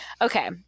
okay